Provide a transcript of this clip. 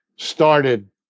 started